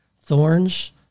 thorns